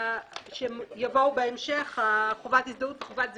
שיבואו בהמשך חובת הזדהות וחובת זיהוי.